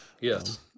Yes